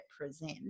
represent